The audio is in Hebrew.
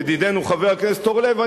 ידידנו חבר הכנסת זבולון אורלב,